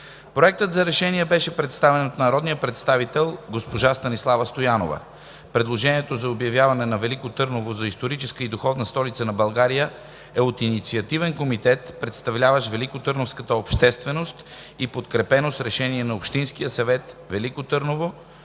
Проектът на решение беше представен от народния представител госпожа Станислава Стоянова. Предложението за обявяване на Велико Търново за „Историческа и духовна столица на България“ е от Инициативен комитет, представляващ великотърновската общественост, и е подкрепено с Решение на Общинския съвет – Велико Търново,